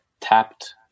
tapped